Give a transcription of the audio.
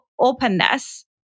openness